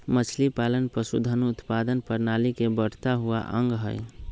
मछलीपालन पशुधन उत्पादन प्रणाली के बढ़ता हुआ अंग हई